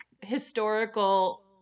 historical